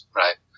right